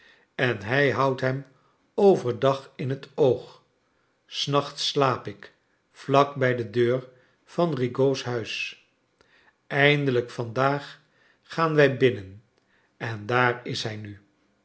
en lrij houdt hem over dag in het oog s nachts slaap ik vlak bij de deur van rigaud's iuis eindelijk vandaag gaan wij binnen en daar is hij nu